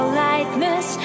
lightness